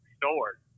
stored